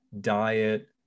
diet